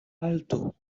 haltu